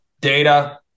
Data